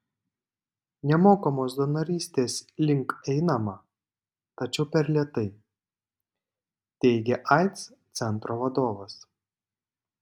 nemokamos donorystės link einama tačiau per lėtai teigė aids centro vadovas